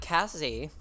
Cassie